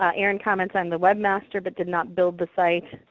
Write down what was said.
ah erin comments, i'm the webmaster, but did not build the site.